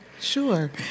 Sure